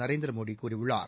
நரேந்திர மோடி கூறியுள்ளார்